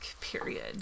period